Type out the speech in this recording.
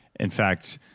in fact,